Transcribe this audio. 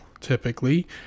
typically